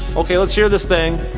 okay, let's hear this thing.